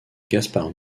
gaspard